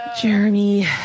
Jeremy